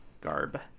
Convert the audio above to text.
garb